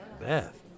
Beth